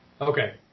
Okay